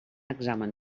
examen